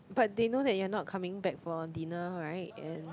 but they know that you're not coming back for dinner right and